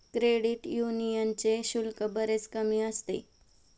credit यूनियनचे शुल्क बरेच कमी असते